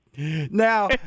Now